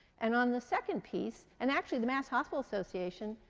and on the second piece and actually, the mass. hospital association,